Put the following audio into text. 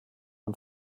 man